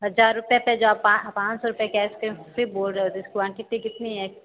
हजार रूपए पे जो आप पाँच सौ रूपए केश से बोल रहे हो क्वांटिटी कितनी है